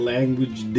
Language